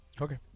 Okay